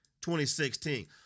2016